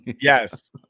yes